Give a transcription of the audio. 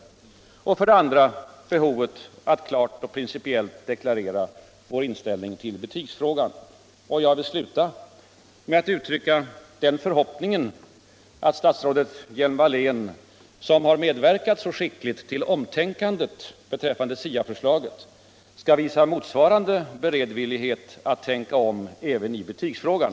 m.m. För det andra är det behovet av att klart och principiellt deklarera vår inställning till betygsfrågan. Och jag vill sluta med att uttrycka den förhoppningen att statsrådet Hjelm-Wallén, som har medverkat så skickligt till omtänkandet beträffande SIA-förslaget, skall visa motsvarande beredvillighet att tänka om även i betygsfrågan.